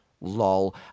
Lol